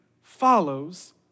follows